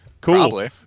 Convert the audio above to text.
Cool